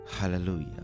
Hallelujah